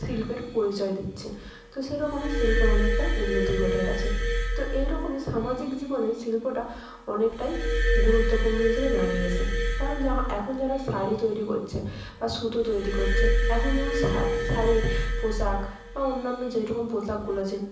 শিল্পের পরিচয় দিচ্ছে তো সেরকমই শিল্পের অনেকটা উন্নতি ঘটে গেছে তো এই রকমই সামাজিক জীবনে শিল্পটা অনেকটাই গুরুত্বপূর্ণ হিসেবে দাঁড়িয়ে গেছে কারণ যারা এখন যারা শাড়ি তৈরি করছে বা সুতো তৈরি করছে এখন যেমন শাড়ির পোশাক বা অন্যান্য যেরকম পোশাকগুলো আছে